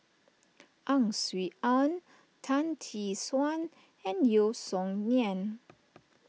Ang Swee Aun Tan Tee Suan and Yeo Song Nian